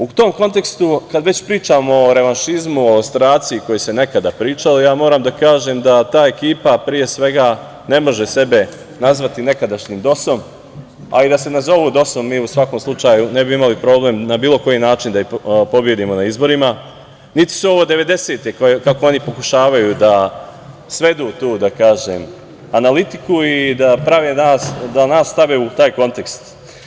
U tom kontekstu, kad već pričamo o revanšizmu, ja moram da kažem da ta ekipa pre svega ne može sebe nazvati nekadašnjim DOS-om, a i da se nazovu DOS-om mi u svakom slučaju ne bi imali problem na bilo koji način da ih pobedimo na izborima, niti su ovo devedesete kako oni pokušavaju svedu tu analitiku i da nas stave u taj kontekst.